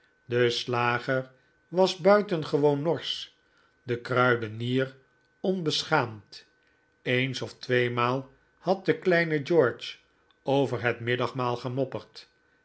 de slager was buitengewoon norsch de kruidenier onbeschaamd eens of tweemaal had de kleine george over het middagmaal gemopperd